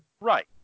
Right